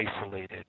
isolated